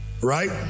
Right